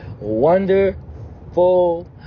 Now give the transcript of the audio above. wonderful